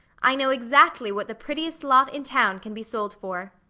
i know exactly what the prettiest lot in town can be sold for.